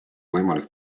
võimalik